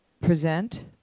present